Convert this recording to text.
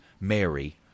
Mary